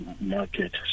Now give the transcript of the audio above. market